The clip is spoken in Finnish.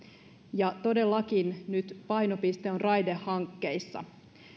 ja todellakin nyt painopiste on raidehankkeissa